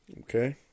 Okay